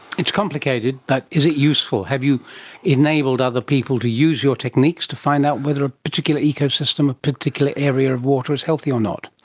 it's complicated, but is it useful? have you enabled other people to use your techniques to find out whether a particular ecosystem in a particular area of water is healthy or not?